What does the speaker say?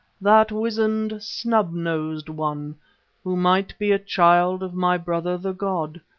that wizened, snub-nosed one who might be a child of my brother the god,